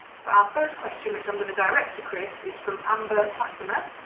so our first question which i'm gonna direct to chris is from amber fatima.